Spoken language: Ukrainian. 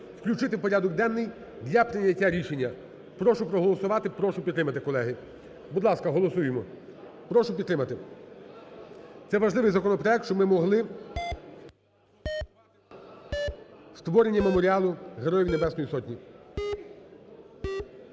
Включити у порядок денний для прийняття рішення. Прошу проголосувати, прошу підтримати, колеги. Будь ласка, голосуємо. Прошу підтримати. Це важливий законопроект, щоб ми могли… створення меморіалу Героїв Небесної Сотні.